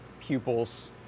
pupils